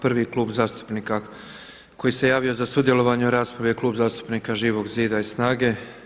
Prvi klub zastupnika koji se javio za sudjelovanje u raspravi je Klub zastupnika Živog zida i SNAGA-e.